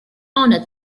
honor